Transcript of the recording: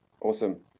Awesome